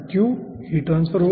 Q heat transfer होगा